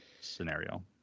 scenario